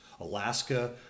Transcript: Alaska